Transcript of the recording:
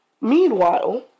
Meanwhile